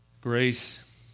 grace